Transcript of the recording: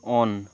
on